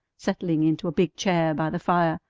settling into a big chair by the fire.